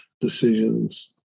decisions